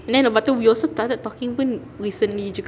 then lepas tu we also started talking pun recently juga